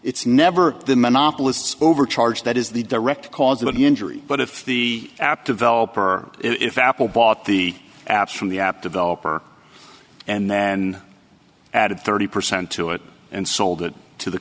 it's never the monopolists overcharge that is the direct cause of the injury but if the app developer if apple bought the apps from the app developer and then added thirty percent to it and sold it to the